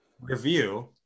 review